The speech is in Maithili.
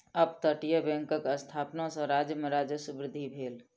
अपतटीय बैंकक स्थापना सॅ राज्य में राजस्व वृद्धि भेल